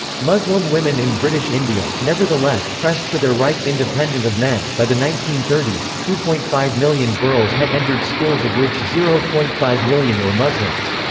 muslim women in british india, nevertheless, pressed for their rights independent of men by the nineteen thirty s, two point five million girls had entered schools of which zero point five million were muslims.